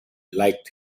liked